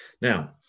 Now